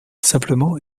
simplement